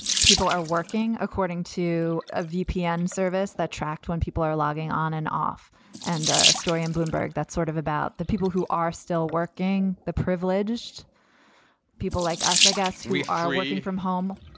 people are working according to a vpn service that tracked when people are logging on and off and a story in bloomberg. that's sort of about the people who are still working, the privileged people like us, like us, who we are working from home.